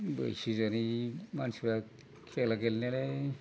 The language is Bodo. बैसो जानाय मानसिफोरा खेला गेलेनानै